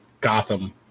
Gotham